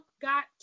got